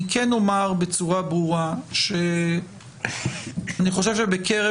אני כן אומר בצורה ברורה שאני חושב שבקרב